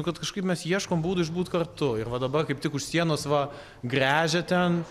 kad kažkaip mes ieškom būdų išbūt kartu ir va dabar kaip tik už sienos va gręžia ten